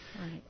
Right